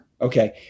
okay